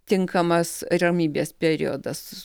tinkamas ramybės periodas